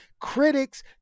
Critics